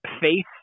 faith